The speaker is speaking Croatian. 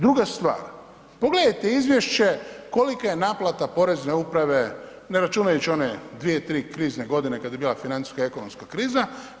Druga stvar, pogledajte izvješće kolika je naplata Porezne uprave ne računajući one 2, 3 krizne godine kad je bila financijska i ekonomska kriza.